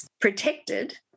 protected